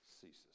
ceases